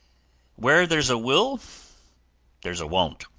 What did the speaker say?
where there's a will there's a won't.